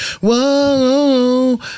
whoa